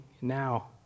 now